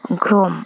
Rome